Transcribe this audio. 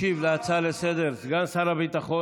ישיב על ההצעה לסדר-היום סגן שר הביטחון